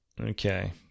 okay